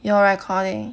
your recording